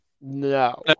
No